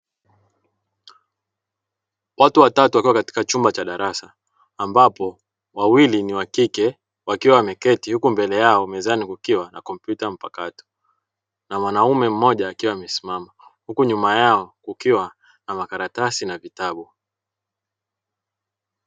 Watu watatu wakiwa katika chumba cha darasa ambapo wawili ni wa kike, wakiwa wameketi. Huku mbele yao kukiwa na kompyuta mpakato na mwanaume mmoja akiwa amesimama huku nyuma yao kukiwa na makaratasi na vitabu.